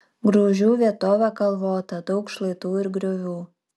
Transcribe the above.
grūžių vietovė kalvota daug šlaitų ir griovių